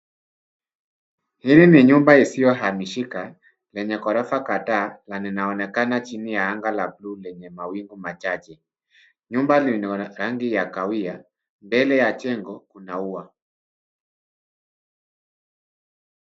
Hili ni nyumba isiyo hamishika yenye ghorofa kadhaa na inaonekana chini ya anga la bluu lenye mawingu machache. Nyumba lina rangi ya kahawia. Mbele ya jengo kuna ua.